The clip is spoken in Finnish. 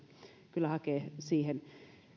kyllä hakea siihen